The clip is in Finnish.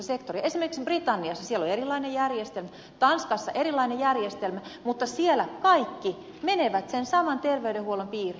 esimerkiksi britanniassa on erilainen järjestelmä tanskassa on erilainen järjestelmä mutta siellä kaikki menevät sen saman ter veydenhuollon piiriin